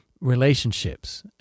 relationships